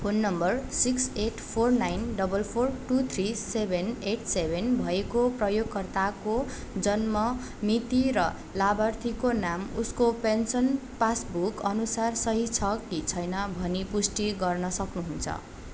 phone number six eight four nine double four two three seven eight seven भएको प्रयोगकर्ताको जन्म मिति र लाभार्थीको नाम उसको पेन्सन पासबुक अनुसार सही छ कि छैन भनी पुष्टि गर्न सक्नुहुन्छ